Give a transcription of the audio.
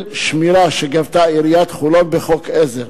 שמירה שגבתה עיריית חולון בחוק עזר.